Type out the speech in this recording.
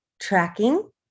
tracking